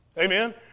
Amen